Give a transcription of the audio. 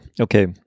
Okay